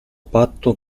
patto